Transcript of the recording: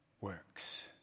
works